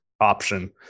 option